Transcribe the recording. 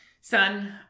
Son